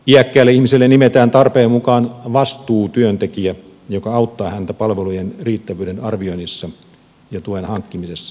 iäkkäälle ihmiselle nimetään tarpeen mukaan vastuutyöntekijä joka auttaa häntä palvelujen riittävyyden arvioinnissa ja tuen hankkimisessa